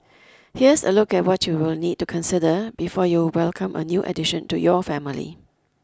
here's a look at what you will need to consider before you welcome a new addition to your family